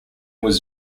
was